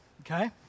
okay